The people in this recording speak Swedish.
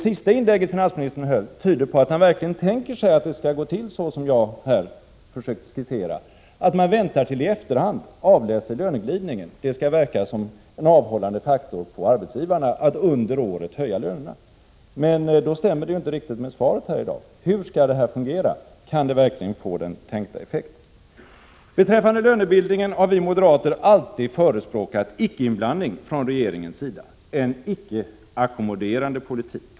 Finansministerns senaste inlägg tyder på att han verkligen tänker sig att det skall gå till så som jag här har försökt skissera, nämligen att man skall vänta till i efterhand med att avläsa löneglidningen och att detta skall verka avhållande på arbetsgivarnas vilja att under året höja lönerna. Men detta stämmer i så fall inte riktigt med det svar som givits här i dag. Hur skall detta fungera? Kan det verkligen få den tänkta effekten? Beträffande lönebildningen vill jag understryka att vi moderater alltid har förespråkat icke-inblandning från regeringens sida, en icke-ackommoderande politik.